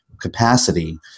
capacity